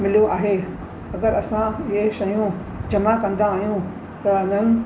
मिलियो आहे अगरि असां इहे शयूं जमा कंदा आहियूं त इन्हनि